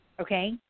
Okay